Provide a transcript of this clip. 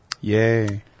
Yay